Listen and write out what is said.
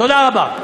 תודה רבה.